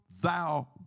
thou